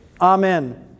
Amen